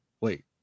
wait